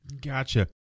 Gotcha